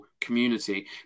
community